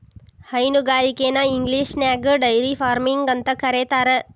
ಹೈನುಗಾರಿಕೆನ ಇಂಗ್ಲಿಷ್ನ್ಯಾಗ dairy farming ಅಂತ ಕರೇತಾರ